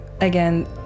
again